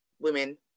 women